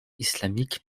islamique